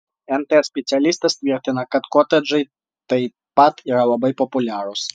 nt specialistas tvirtina kad kotedžai taip pat yra labai populiarūs